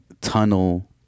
tunnel